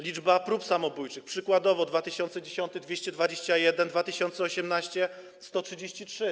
Liczba prób samobójczych, przykładowo w 2010 r. - 221, w 2018 do dziś - 133.